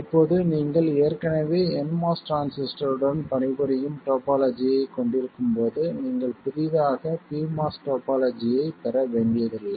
இப்போது நீங்கள் ஏற்கனவே nMOS டிரான்சிஸ்டருடன் பணிபுரியும் டோபோலஜியைக் கொண்டிருக்கும் போது நீங்கள் புதிதாக pMOS டோபோலஜியைப் பெற வேண்டியதில்லை